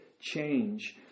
change